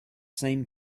same